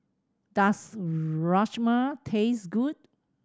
does Rajma taste good